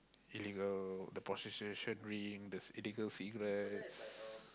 Illegal the prostitution rings the illegal cigarettes